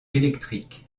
électrique